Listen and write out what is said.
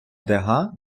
дега